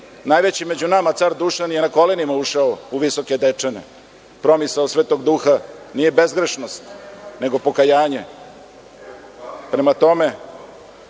Najveći među nama car Dušan je na kolenima ušao u Visoke Dečane, promisao Svetog duha nije bezgrešnost nego pokajanje, prema tome